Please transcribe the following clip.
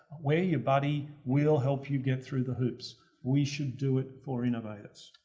we're your buddy. we'll help you get through the hoops. we should do it for innovators.